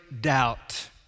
doubt